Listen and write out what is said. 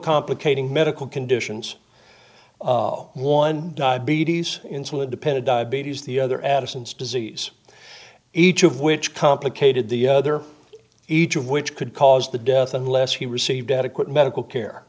complicating medical conditions one diabetes insulin dependent diabetes the other addison's disease each of which complicated the other each of which could cause the death unless he received adequate medical care